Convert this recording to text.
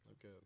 Okay